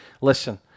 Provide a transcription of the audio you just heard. listen